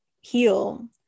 heal